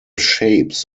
shapes